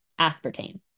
aspartame